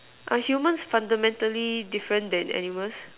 are humans fundamentally different than animals